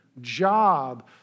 job